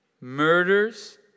murders